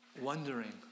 wondering